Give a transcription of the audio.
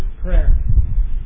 prayer